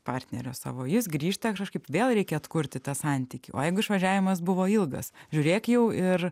partnerė savo jis grįžta kažkaip vėl reikia atkurti tą santykį o jeigu išvažiavimas buvo ilgas žiūrėk jau ir